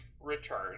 return